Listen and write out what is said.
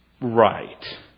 Right